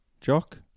Jock